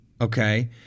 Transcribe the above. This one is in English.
okay